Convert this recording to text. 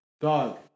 Dog